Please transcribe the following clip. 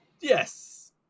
yes